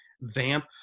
vamp